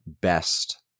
best